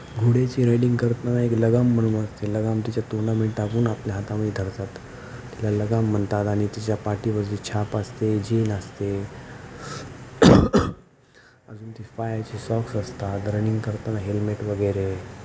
घोड्याची riding करताना एक लगाम म्हणून असते लगाम तिच्या टाकून आपल्या हातामध्ये धरतात त्याला लगाम म्हणतात आणि तिच्या पाठीवरती छाप असते जीन असते अजून ते पायाचे सॉक्स असतात रनिंग करताना हेल्मेट वगैरे